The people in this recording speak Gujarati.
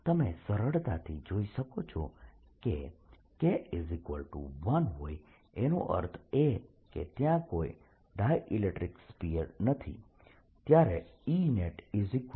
તમે સરળતાથી જોઈ શકો છો કે K1 હોય એનો અર્થ એ કે ત્યાં કોઈ ડાયઈલેક્ટ્રીક સ્ફીયર નથી ત્યારે EnetE0 હોવું જોઈએ